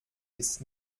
ist